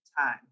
time